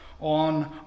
on